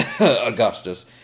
Augustus